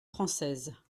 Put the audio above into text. françaises